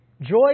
Joy